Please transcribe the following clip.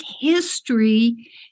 history